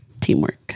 Teamwork